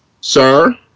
Sir